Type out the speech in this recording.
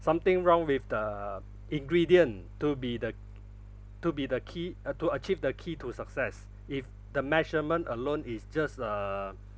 something wrong with the ingredient to be the to be the key uh to achieve the key to success if the measurement alone is just uh